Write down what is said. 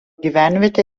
gyvenvietę